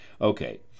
Okay